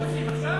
אוטובוסים?